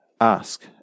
ask